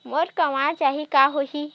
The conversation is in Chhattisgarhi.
मोर गंवा जाहि का होही?